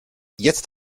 jetzt